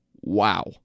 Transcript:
wow